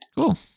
Cool